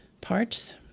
parts